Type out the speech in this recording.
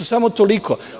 Samo toliko.